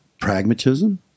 pragmatism